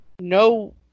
no